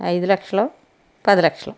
ఐదు లక్షలు పది లక్షలు